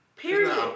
Period